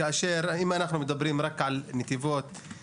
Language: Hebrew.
אם אנחנו מדברים רק על נתיבות,